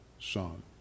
son